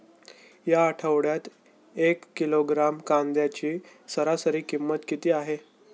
या आठवड्यात एक किलोग्रॅम कांद्याची सरासरी किंमत किती आहे?